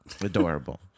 Adorable